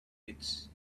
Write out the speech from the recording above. kids